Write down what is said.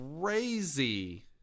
crazy